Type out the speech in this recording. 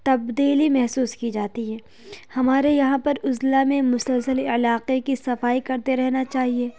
تبدیلی محسوس کی جاتی ہے ہمارے یہاں پر اضلاع میں مسلسل علاقے کی صفائی کرتے رہنا چاہیے